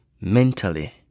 mentally